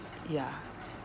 ya